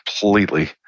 completely